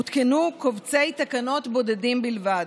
הותקנו קובצי תקנות בודדים בלבד.